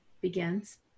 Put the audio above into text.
begins